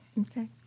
Okay